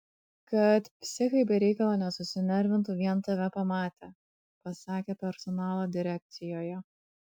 kad psichai be reikalo nesusinervintų vien tave pamatę pasakė personalo direkcijoje